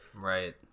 right